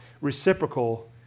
reciprocal